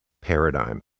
paradigm